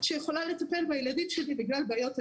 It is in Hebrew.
שיכולה לטפל בילדים שלי בגלל בעיות הנגשה.